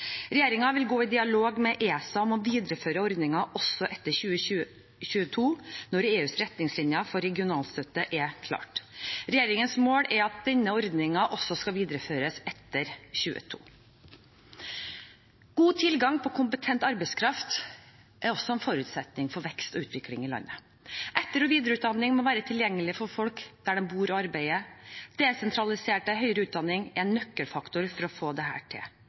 vil gå i dialog med ESA om å videreføre ordningen også etter 2022, når EUs retningslinjer for regionalstøtte er klare. Regjeringens mål er at denne ordningen også skal videreføres etter 2022. God tilgang på kompetent arbeidskraft er også en forutsetning for vekst og utvikling i landet. Etter- og videreutdanning må være tilgjengelig for folk der de bor og arbeider. Desentralisert høyere utdanning er en nøkkelfaktor for få til dette. Bedrifter kan oppleve at det